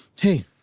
Hey